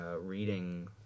reading